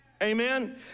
Amen